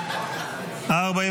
נתקבלה.